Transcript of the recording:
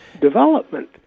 development